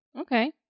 Okay